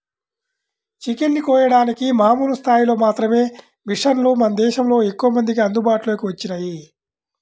chicken ని కోయడానికి మామూలు స్థాయిలో మాత్రమే మిషన్లు మన దేశంలో ఎక్కువమందికి అందుబాటులోకి వచ్చినియ్యి